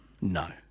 no